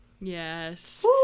yes